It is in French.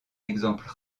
exemple